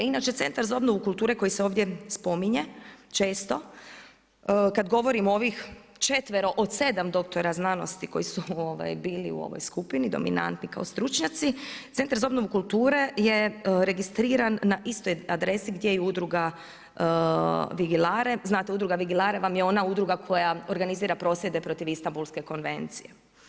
Inače Centar za obnovu kulture, koji se ovdje spominje, često, kad govorimo o ovih 4 od 7 doktora znanosti, koji su bili u ovoj skupini, dominantni kao stručnjaci Centar za obnovu kulture je registriran na istoj adresi gdje i udruga Vigilare, znate udruga Vigilare vam je ona udruga koja organizira prosvjede protiv Istambulske konvencije.